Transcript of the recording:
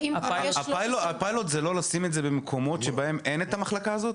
זה יהיה במרכז,